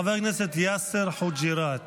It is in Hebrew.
חבר הכנסת יאסר חוג'יראת,